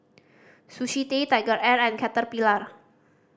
Sushi Tei TigerAir and Caterpillar